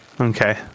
Okay